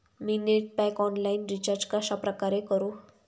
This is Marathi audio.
मी नेट पॅक ऑनलाईन रिचार्ज कशाप्रकारे करु?